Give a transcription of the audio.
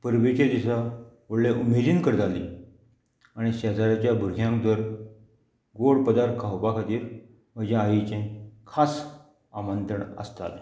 परबीचे दिसा व्हडलें उमेदीन करताली आनी शेजाऱ्याच्या भुरग्यांक तर गोड पदार्थ खावपा खातीर म्हजे आईचे खास आमंत्रण आसताले